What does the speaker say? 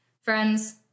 Friends